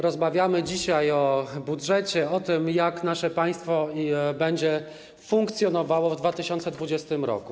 Rozmawiamy dzisiaj o budżecie, o tym, jak nasze państwo będzie funkcjonowało w 2020 r.